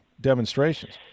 demonstrations